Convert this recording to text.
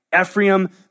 Ephraim